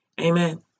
Amen